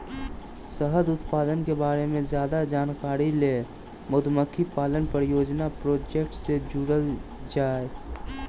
शहद उत्पादन के बारे मे ज्यादे जानकारी ले मधुमक्खी पालन परियोजना प्रोजेक्ट से जुड़य के चाही